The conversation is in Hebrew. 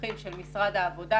מפקחים של משרד העבודה,